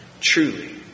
truly